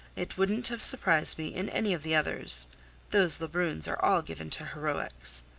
it wouldn't have surprised me in any of the others those lebruns are all given to heroics.